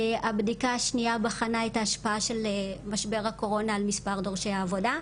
הבדיקה השנייה בחנה את ההשפעה של משבר הקורונה על מספר דורשי העבודה.